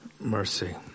mercy